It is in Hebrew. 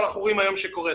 שאנחנו רואים היום שקורסת?